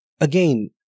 again